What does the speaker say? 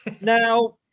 Now